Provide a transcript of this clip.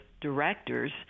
directors